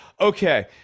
Okay